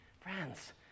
friends